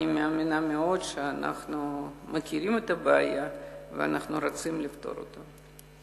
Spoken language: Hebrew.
אנחנו מכירים את הבעיה ואני מאמינה שאנחנו רוצים לפתור אותה.